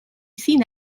sin